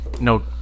No